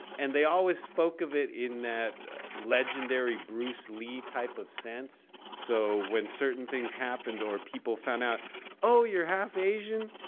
and they always spoke of it in that legendary bruce lee type of sense. so when certain things happened or people found out oh, you're half asian,